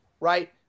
right